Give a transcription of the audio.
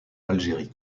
algérie